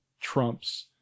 Trump's